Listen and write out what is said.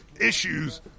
issues